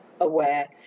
aware